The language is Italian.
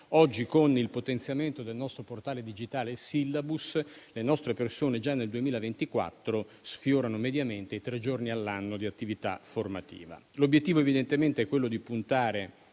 Oggi, con il potenziamento del nostro portale digitale Syllabus, le nostre persone già nel 2024 sfiorano mediamente i tre giorni all'anno di attività formativa. L'obiettivo evidentemente è quello di puntare